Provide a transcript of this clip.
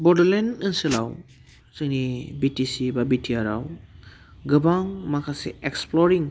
बड'लेण्ड ओनसोलाव जोंनि बिटिसि बा बिटिआरआव गोबां माखासे एक्सप्लरिं